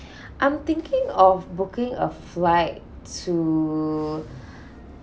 I'm thinking of booking a flight to